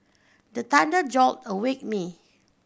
the thunder jolt awake me